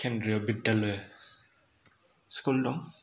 Kendriya Vidyalaya school दं